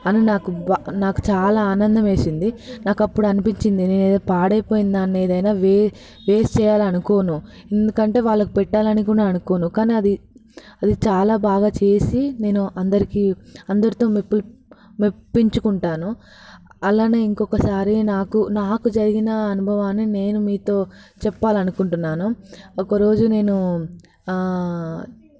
అని నాకు నాకు చాలా ఆనందమేసింది నాకు అప్పుడు అనిపించింది నేను ఏదో పాడైపోయిన దాన్ని ఏదైనా వేస్ట్ చేయాలి అనుకోను ఎందుకంటే వాళ్ళకు పెట్టాలని కూడా అనుకోను కానీ అది అది చాలా బాగా చేసి నేను అందరికీ అందరితో మెప్పిం మెప్పించుకుంటాను అలాగే ఇంకొకసారి నాకు నాకు జరిగిన అనుభవాన్ని నేను మీతో చెప్పాలనుకుంటున్నాను ఒక రోజు నేను